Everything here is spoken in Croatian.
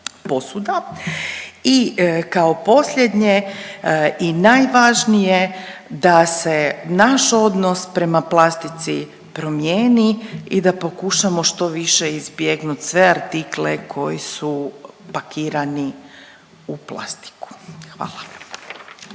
i kao posljednje i najvažnije, da se naš odnos prema plastici promijeni i da pokušamo što više izbjegnut sve artikle koji su pakirani u plastiku. Hvala.